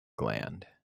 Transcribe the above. gland